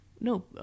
no